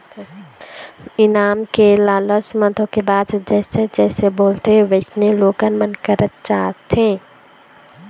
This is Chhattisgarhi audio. इनाम के लालच म धोखेबाज ह जइसे जइसे बोलथे वइसने लोगन मन करत जाथे